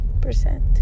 percent